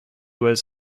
was